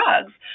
drugs